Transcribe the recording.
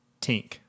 Tink